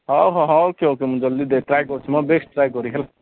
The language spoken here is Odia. ହଉ ହଉ ହଉ ଓକେ ଓକେ ମୁଁ ଜଲ୍ଦି ଦେ ଟ୍ରାଏ କରୁଛି ମୋର ବେଷ୍ଟ୍ ଟ୍ରାଏ କରି ହେଲା